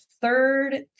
third